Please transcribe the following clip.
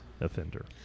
offender